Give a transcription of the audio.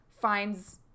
finds